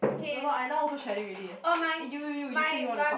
no no I now also shedding already eh you you you you say you want to talk